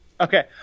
Okay